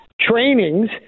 trainings